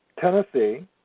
Tennessee